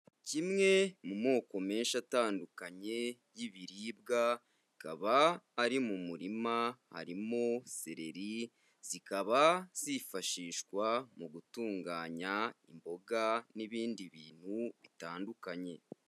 Kimwe mu moko menshi atandukanye y'ibiribwa akaba ari mu murima, harimo seleri zikaba zifashishwa mu gutunganya imboga n'ibindi bintu bitandukanye.